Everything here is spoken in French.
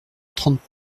trente